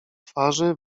twarzy